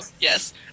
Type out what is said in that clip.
Yes